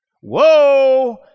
Whoa